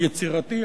"יצירתי",